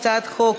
הצעת החוק